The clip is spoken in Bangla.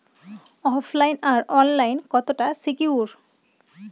ওফ লাইন আর অনলাইন কতটা সিকিউর?